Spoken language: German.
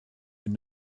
den